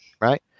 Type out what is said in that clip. right